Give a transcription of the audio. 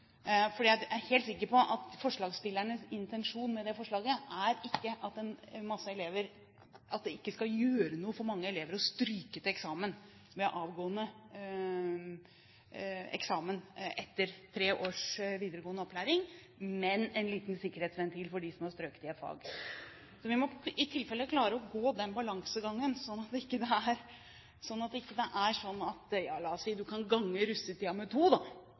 Jeg er helt sikker på at forslagsstillernes intensjon med forslaget ikke er at det ikke skal gjøre noe for mange elever å stryke til avgående eksamen, etter tre års videregående opplæring, men være en liten sikkerhetsventil for dem som har strøket i et fag. Vi må i tilfelle klare å gå den balansegangen, slik at man ikke kan – la oss si – gange russetiden med to og så regne med at man kan